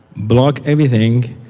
block everything,